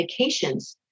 medications